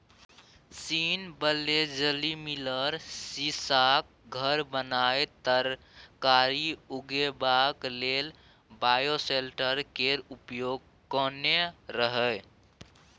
scene बेलेजली मिलर सीशाक घर बनाए तरकारी उगेबाक लेल बायोसेल्टर केर प्रयोग केने रहय